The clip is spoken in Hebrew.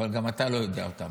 אבל גם אתה לא יודע אותם,